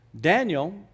Daniel